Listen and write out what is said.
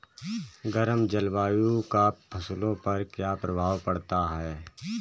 गर्म जलवायु का फसलों पर क्या प्रभाव पड़ता है?